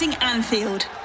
Anfield